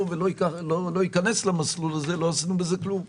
ולא ייכנס למסלול הזה לא עשינו בזה כלום.